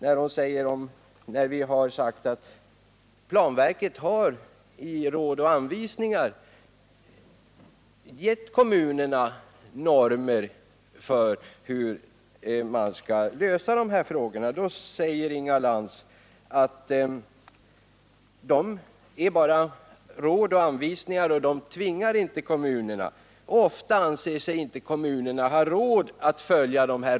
Vi hade i det sammanhanget uttalat att planverket i råd och anvisningar har givit kommunerna normer för hur dessa frågor skall lösas. Inga Lantz framhöll emellertid att dessa råd och anvisningar inte är tvingande och att kommunerna ofta inte anser sig ha råd att följa dem.